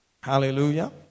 Hallelujah